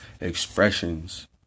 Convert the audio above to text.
expressions